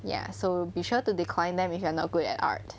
ya so be sure to decline them if you are not good at art